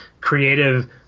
creative